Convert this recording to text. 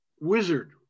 Wizard